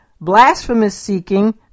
blasphemous-seeking